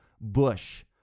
bush